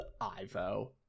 Ivo